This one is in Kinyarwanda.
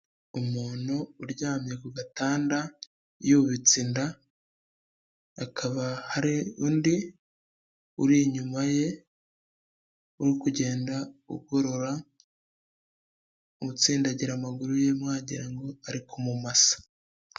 Umuntu uryamye ku gatanda yubitse inda, hakaba hari undi uri inyuma ye uri kugenda ugorora utsindagira amaguru ye wagira ngo ari kumumasa.